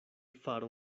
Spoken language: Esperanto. faro